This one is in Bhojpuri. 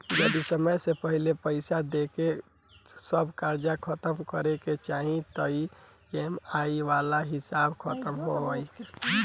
जदी समय से पहिले पईसा देके सब कर्जा खतम करे के चाही त ई.एम.आई वाला हिसाब खतम होइकी ना?